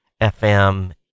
FM